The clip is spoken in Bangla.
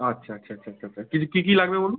আচ্ছা আচ্ছা আচ্ছা আচ্ছা আচ্ছা কী কী লাগবে বলুন